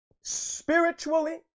spiritually